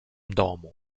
domu